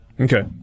Okay